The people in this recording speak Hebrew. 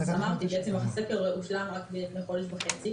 הסקר הושלם רק לפני חודש וחצי